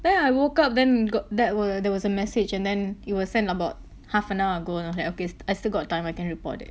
then I woke up then got that were there was a message and then it was sent about half an hour ago ah okay st~ I still got time I can report it